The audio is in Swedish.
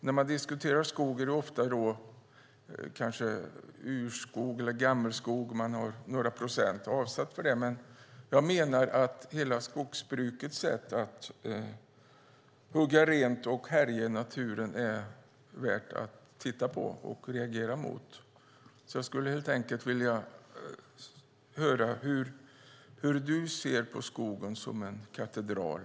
När man diskuterar skogen handlar det ofta om urskog eller gammelskog där några procent avsatts för just det. Jag menar att skogsbrukets sätt att hugga ned och härja i naturen är värt att titta på och reagera mot. Jag skulle helt enkelt vilja veta hur du ser på skogen som en katedral.